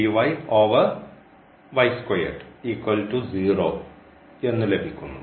എന്നു ലഭിക്കുന്നു